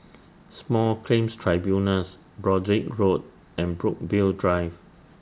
Small Claims Tribunals Broadrick Road and Brookvale Drive